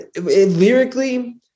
Lyrically